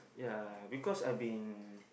ya because I been